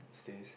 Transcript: stays